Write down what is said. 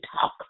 talk